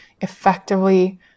effectively